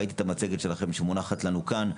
ראיתי את המצגת שלכם שמונחת לנו כאן.